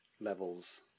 levels